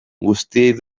guztiek